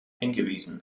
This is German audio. hingewiesen